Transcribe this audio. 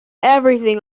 everything